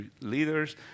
leaders